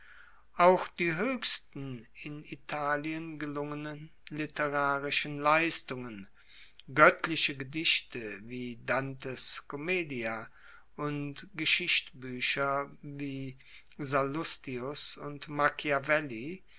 auch die hoechsten in italien gelungenen literarischen leistungen goettliche gedichte wie dantes commedia und geschichtbuecher wie sallustius und